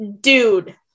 Dude